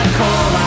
call